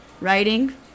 writing